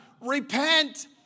repent